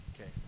Okay